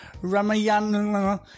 Ramayana